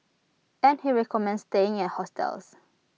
and he recommends staying at hostels